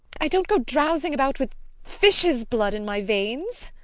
i don't go drowsing about with fishes' blood in my veins.